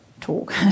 talk